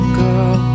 girl